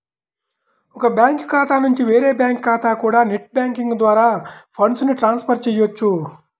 ఒక బ్యాంకు ఖాతా నుంచి వేరే బ్యాంకు ఖాతాకి కూడా నెట్ బ్యాంకింగ్ ద్వారా ఫండ్స్ ని ట్రాన్స్ ఫర్ చెయ్యొచ్చు